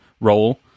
role